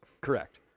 Correct